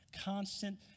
constant